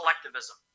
collectivism